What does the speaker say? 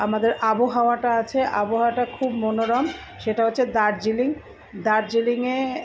আমাদের আবহাওয়াটা আছে আবহাওয়াটা খুব মনোরম সেটা হচ্ছে দার্জিলিং দার্জিলিঙে